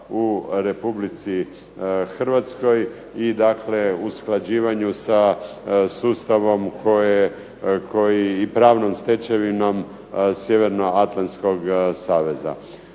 u Republici Hrvatskoj i dakle usklađivanju sa sustavom i pravnom stečevinom Sjevernoatlantskog saveza.